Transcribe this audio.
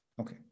Okay